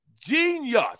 genius